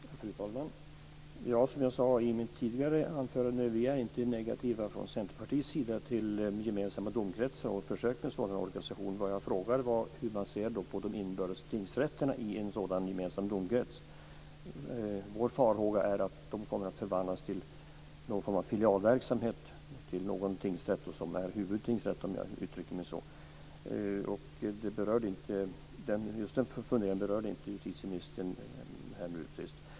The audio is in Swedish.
Fru talman! Som jag sade i mitt tidigare anförande är vi inte från Centerpartiets sida negativa till gemensamma domkretsar och försök med en sådan organisation. Det jag frågade var hur man ser på de inbördes tingsrätterna i en sådan gemensam domkrets. Vår farhåga är att de kommer att förvandlas till någon form av filialverksamhet till en tingsrätt som är huvudtingsrätt, om jag uttrycker mig så. Just den funderingen berörde inte justitieministern.